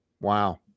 Wow